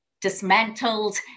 dismantled